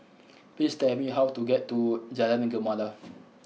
please tell me how to get to Jalan Gemala